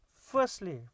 firstly